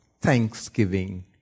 thanksgiving